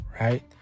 Right